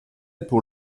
pour